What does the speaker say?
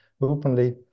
openly